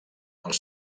els